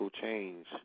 change